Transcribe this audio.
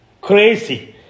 crazy